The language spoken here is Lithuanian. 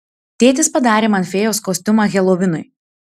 tėtis padarė man fėjos kostiumą helovinui